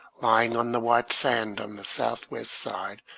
lying on the white sand on the south-west side,